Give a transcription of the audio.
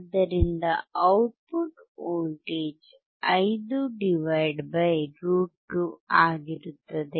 ಆದ್ದರಿಂದ output voltage 5 √2 ಆಗಿರುತ್ತದೆ